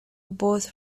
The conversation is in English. both